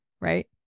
right